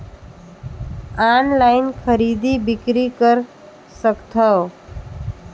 Online खरीदी बिक्री कर सकथव?